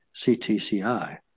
CTCI